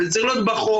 זה צריך להיות בחוק,